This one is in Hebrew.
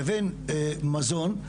לבין מזון.